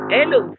Hello